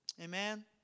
Amen